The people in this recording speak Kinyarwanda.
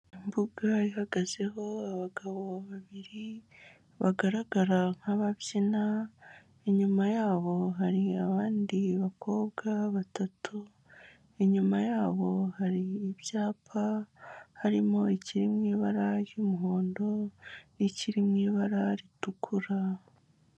Imbuga ihagazeho abagabo babiri bagaragara nk'ababyina, inyuma yabo hari abandi bakobwa batatu, inyuma yabo hari ibyapa harimo ikiri mu ibara ry'umuhondo n'ikiri mu ibara ritukura.